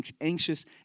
anxious